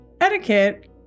etiquette